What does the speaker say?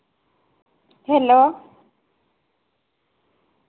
hello